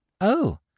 Oh